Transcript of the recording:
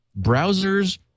browsers